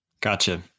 Gotcha